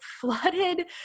flooded